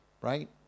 Right